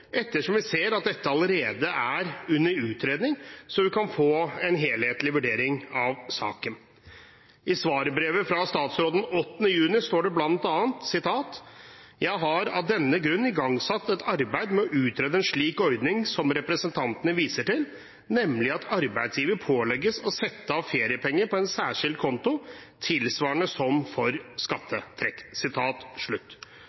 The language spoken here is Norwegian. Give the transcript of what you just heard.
ettersom vi ser at dette allerede er under utredning slik at vi kan få en helhetlig vurdering av saken. I svarbrevet fra statsråden 8. juni står det bl.a.: «Jeg har av denne grunn igangsatt et arbeid med å utrede en slik ordning som representantene viser til, nemlig at arbeidsgiver pålegges å sette av feriepenger på en særskilt konto, tilsvarende som for